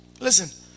Listen